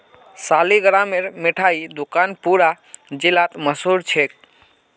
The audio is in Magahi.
सालिगरामेर मिठाई दुकान पूरा जिलात मशहूर छेक